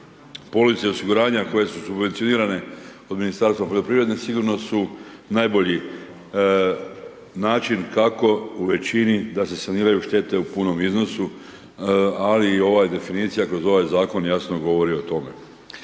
Police osiguranja koje su subvencionirane od Ministarstva poljoprivrede sigurno su najbolji način kako u većini da se saniraju štete u punom iznosu, ali i ova definicija, kroz ovaj zakon jasno govori o tome.